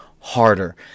harder